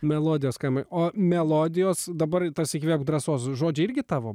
melodijos skamba o melodijos dabar tas įkvėpk drąsos žodžiai irgi tavo